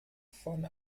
von